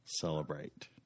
celebrate